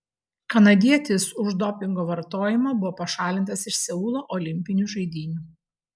kanadietis už dopingo vartojimą buvo pašalintas iš seulo olimpinių žaidynių